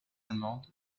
allemande